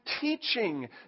teaching